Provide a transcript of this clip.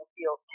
feel